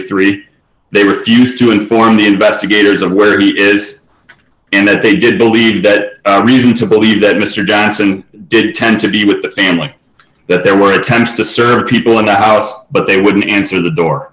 three they refused to inform the investigators of where he is in that they did believe that reason to believe that mr johnson did tend to be with the family that there were attempts to serve people about but they wouldn't answer the door